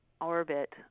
orbit